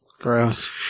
Gross